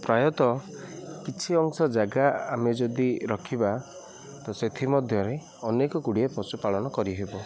ପ୍ରାୟତଃ କିଛି ଅଂଶ ଜାଗା ଆମେ ଯଦି ରଖିବା ତ ସେଥିମଧ୍ୟରେ ଅନେକ ଗୁଡ଼ିଏ ପଶୁପାଳନ କରିହିବ